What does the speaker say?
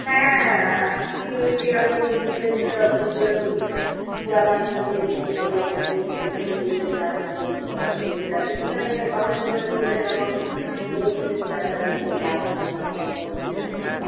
হ্যাঁ আপনি ওই যে আমি ইউটিউবে যেসব ভিডিও দিই পোড়া মাটির এ বিভিন্ন জিনিসপত্র তৈরি করে কাঠের জিনিসপত্র তৈরি করে আপনি সেখানে কমেন্ট করেছিলেন এবং বলেছিলেন যে আপনার এগুলো লাগবে নম্বরটাও দিয়েছিলেন